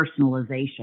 personalization